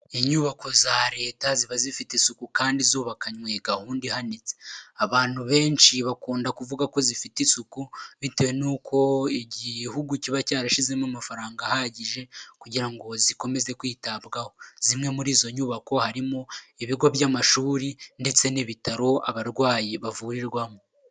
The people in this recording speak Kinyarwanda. Inyubako za leta ziba zifite isuku kandi zubakanywe gahunda ihanitse, abantu benshi bakunda kuvuga ko zifite isuku bitewe n'uko igihugu kiba cyarashizemo amafaranga ahagije kugira ngo zikomeze kwitabwaho, zimwe muri izo nyubako harimo ibigo by'amashuri ndetse n'ibitaro abarwayi bavurirwamo.